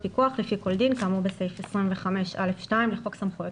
פיקוח לפי כל דין כאמור בסעיף 25(א)(2) לחוק סמכויות